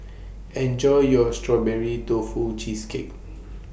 Enjoy your Strawberry Tofu Cheesecake